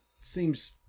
seems